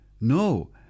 No